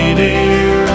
dear